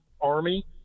Army